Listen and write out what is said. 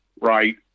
right